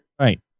Right